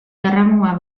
erramua